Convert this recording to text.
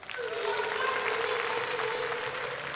maria. now will maria turn the page, please?